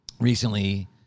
recently